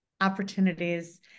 opportunities